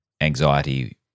anxiety